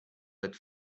that